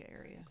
area